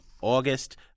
August